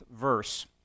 verse